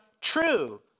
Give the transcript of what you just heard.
true